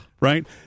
Right